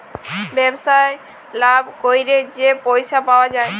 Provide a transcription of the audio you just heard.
ব্যবসায় লাভ ক্যইরে যে পইসা পাউয়া যায়